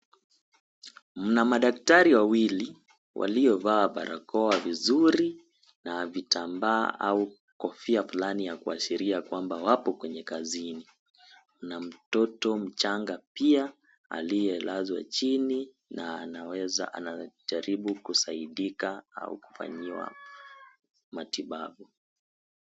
Mna madaktari wawili, waliovaa barakoa vizuri, na vitambaa au kofia fulani ya kuashiria kwamba wapo kwenye kazini. Na mtoto mchanga pia, aliyelazwa chini na anajaribu kusaidika au kufanyiwa matibabu.